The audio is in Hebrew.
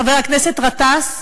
חבר הכנסת גטאס,